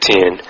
Ten